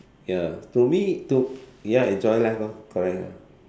ya to me to ya enjoy life lor correct lor